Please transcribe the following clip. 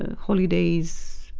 and holidays,